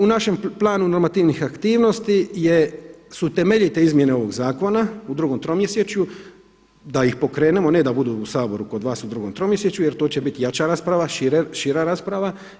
U našem planu normativnih aktivnosti su temeljite izmjene ovoga zakona u drugom tromjesečju da ih pokrenemo, ne da budu u Saboru kod vas u drugom tromjesečju jer to će biti jača rasprava, šira rasprava.